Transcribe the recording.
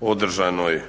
održanoj